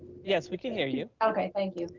yes, we can hear you. okay, thank you.